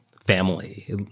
family